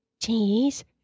cheese